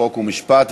חוק ומשפט.